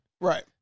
right